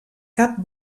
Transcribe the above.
cap